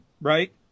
right